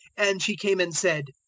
and she came and said,